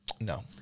No